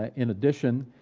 ah in addition,